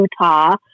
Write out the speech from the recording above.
Utah